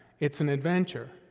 it's an adventure.